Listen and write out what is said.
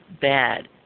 bad